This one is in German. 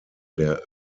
der